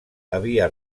havia